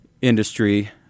industry